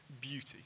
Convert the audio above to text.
beauty